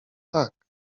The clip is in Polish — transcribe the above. tak